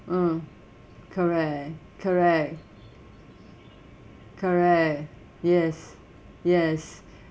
mm correct correct correct yes yes